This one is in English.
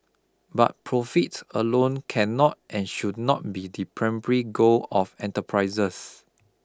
but profit alone cannot and should not be the primary goal of enterprises